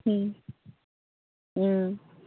ꯎꯝ ꯎꯝ